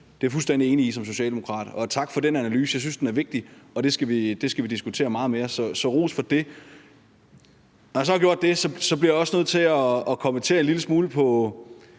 fuldstændig enig i, og tak for den analyse. Jeg synes, den er vigtig, og det skal vi diskutere meget mere. Så ros for det. Når jeg så har gjort det, bliver jeg også nødt til at kommentere en lille smule på